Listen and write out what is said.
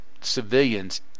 civilians